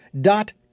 dot